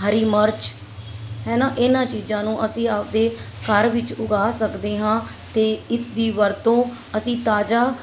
ਹਰੀ ਮਰਚ ਹੈ ਨਾ ਇਹਨਾਂ ਚੀਜ਼ਾਂ ਨੂੰ ਅਸੀਂ ਆਪਦੇ ਘਰ ਵਿੱਚ ਉਗਾ ਸਕਦੇ ਹਾਂ ਅਤੇ ਇਸ ਦੀ ਵਰਤੋਂ ਅਸੀਂ ਤਾਜ਼ਾ